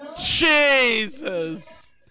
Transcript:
Jesus